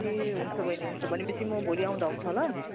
ए हुन्छ बहिनी हुन्छ भनेपछि म भोलि आउँदा हुन्छ होला